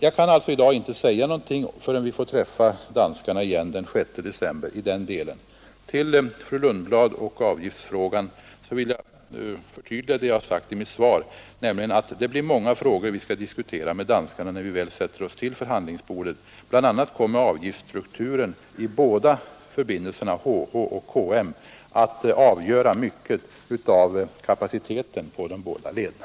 Jag kan alltså inte säga någonting vidare i den delen förrän vi träffar danskarna igen den 6 december. Till fru Lundblad och avgiftsfrågan! Jag vill något förtydliga vad jag sade i mitt svar. Det är många frågor vi skall diskutera med danskarna när vi väl sätter oss vid förhandlingsbordet. Bl. a. kommer avgiftsstrukturen när det gäller förbindelsen H—H och när det gäller förbindelsen K—M att avgöra mycket av kapaciteten på de båda lederna.